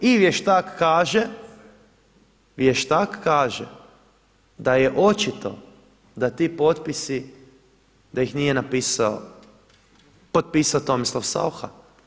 I vještak kaže, vještak kaže da je očito da ti potpisi, da ih nije napisao, potpisao Tomislav Saucha.